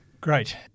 Great